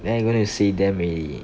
then I going yo say them already